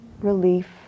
relief